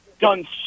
done